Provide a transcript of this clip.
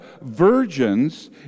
virgins